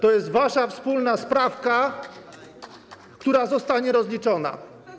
To jest wasza wspólna sprawka, która zostanie rozliczona.